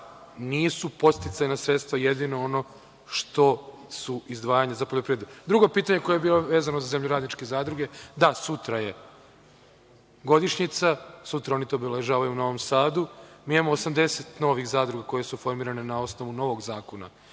nisu podsticajna sredstva jedino ono što su izdvajanja za poljoprivredu. Drugo pitanje koje je bilo vezano za zemljoradničke zadruge, da, sutra je godišnjica, sutra oni to obeležavaju u Novom Sadu. Mi imamo 80 novih zadruga koje su formirane na osnovu novog Zakona